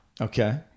Okay